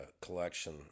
collection